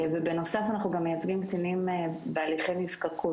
בנוסף אנחנו גם מייצגים קטינים בהליכי נזקקות,